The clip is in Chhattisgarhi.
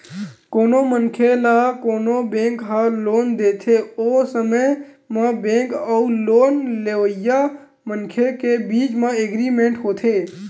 कोनो मनखे ल कोनो बेंक ह लोन देथे ओ समे म बेंक अउ लोन लेवइया मनखे के बीच म एग्रीमेंट होथे